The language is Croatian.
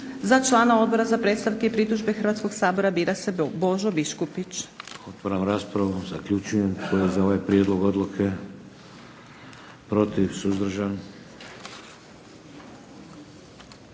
Za člana Odbora za predstavke i pritužbe Hrvatskog sabora bira se Božo Biškupić. **Šeks, Vladimir (HDZ)** Otvaram raspravu. Zaključujem. Tko je za ovaj prijedlog odluke? Protiv? Suzdržan?